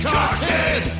Cockhead